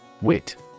WIT